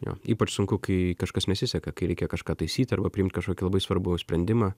jo ypač sunku kai kažkas nesiseka kai reikia kažką taisyti arba priimt kažkokį labai svarbų sprendimą